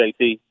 JT